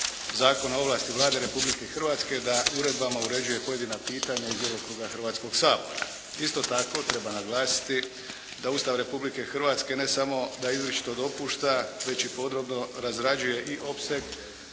Zakona o ovlasti Vlade Republike Hrvatske da uredbama uređuje pojedina pitanja iz djelokruga Hrvatskoga sabora. Isto tako treba naglasiti da Ustav Republike Hrvatske ne samo da izričito dopušta već i podrobno razrađuje i opseg